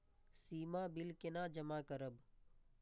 सीमा bill केना जमा करब?